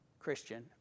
Christian